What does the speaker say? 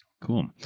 cool